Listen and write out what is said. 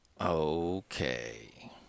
okay